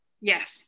Yes